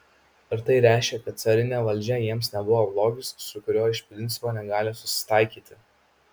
ar tai reiškia kad carinė valdžia jiems nebuvo blogis su kuriuo iš principo negali susitaikyti